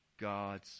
God's